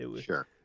sure